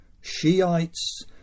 Shiites